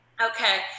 okay